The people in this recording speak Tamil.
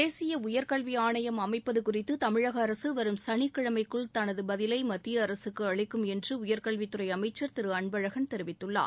தேசிய உயர்கல்வி ஆணையம் அமைப்பது குறித்து தமிழக அரசு வரும் சனிக்கிழமைக்குள் தனது பதிலை மத்திய அரகக்கு அளிக்கும் என்று உயர்கல்வித் துறை அமைச்சர் திரு அன்பழகன் தெரிவித்துள்ளார்